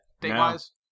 date-wise